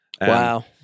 Wow